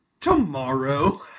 tomorrow